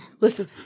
Listen